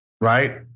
Right